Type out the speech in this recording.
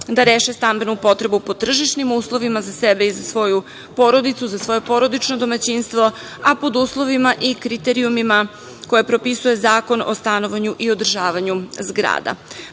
da reše stambenu potrebu po tržišnim uslovima za sebe i za svoju porodicu, za svoje porodično domaćinstvo, a pod uslovima i kriterijumima koje propisuje Zakon o stanovanju i održavanju zgrada.